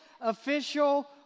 official